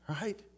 Right